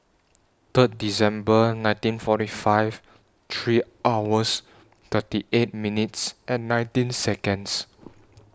Third December nineteen forty five three hours thirty eight minutes and nineteen Seconds